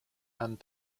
and